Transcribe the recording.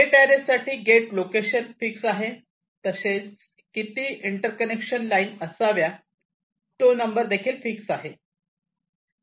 gate array साठी gate location fix आहे तसेच किती इंटर्कनेक्शन लाईन असाव्या तो नंबर फिक्स आहे